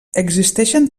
existeixen